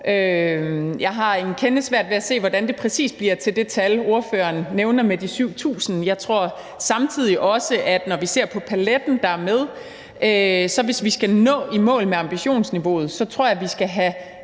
Jeg har dog en kende svært ved at se, hvordan det præcis bliver til det tal, ordføreren nævner, nemlig de 7.000. Jeg tror samtidig også, at når vi ser på paletten, der er med, skal vi, hvis vi skal nå i mål med ambitionsniveauet, have endnu flere